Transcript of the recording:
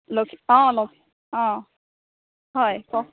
অ অ হয় কওক